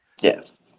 Yes